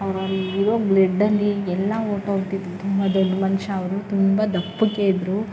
ಅವ್ರು ಅಲ್ಲಿರೋ ಬ್ಲೆಡ್ಡಲ್ಲಿ ಎಲ್ಲ ಹೊರ್ಟೋಗ್ಬಿಟ್ಟಿತ್ತು ತುಂಬ ದೊಡ್ಡ ಮನುಷ್ಯ ಅವರು ತುಂಬ ದಪ್ಪಕ್ಕೆ ಇದ್ದರು